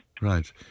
Right